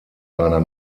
seiner